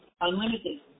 Unlimited